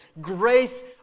grace